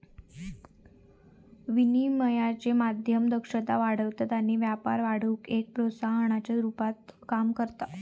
विनिमयाचे माध्यम दक्षता वाढवतत आणि व्यापार वाढवुक एक प्रोत्साहनाच्या रुपात काम करता